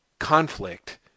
conflict